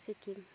Sikkim